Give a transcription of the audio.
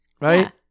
right